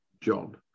John